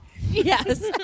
Yes